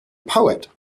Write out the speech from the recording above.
poet